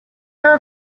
were